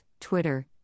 Twitter